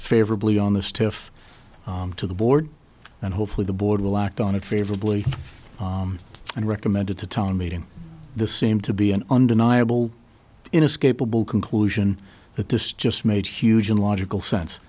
tariff to the board and hopefully the board will act on it favorably and recommended to town meeting this seem to be an undeniable inescapable conclusion that this just made huge and logical sense